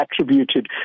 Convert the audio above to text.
attributed